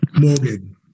Morgan